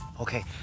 okay